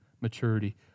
maturity